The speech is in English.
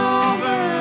over